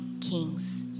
kings